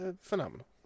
Phenomenal